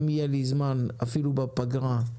אם יהיה לי זמן אפילו בפגרה,